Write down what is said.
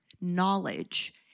knowledge